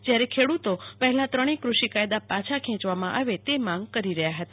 જયારે ખેડૂતો પહેલાં ત્રણે ક્રષિકાયદા પાછા ખેંચવામાં આવે તે માંગ કરી રહ્યા હતા